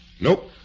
Nope